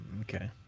Okay